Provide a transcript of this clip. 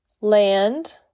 land